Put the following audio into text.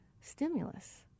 stimulus